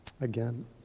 again